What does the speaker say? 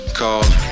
called